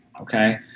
Okay